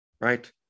Right